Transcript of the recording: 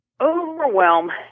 overwhelm